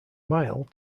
mild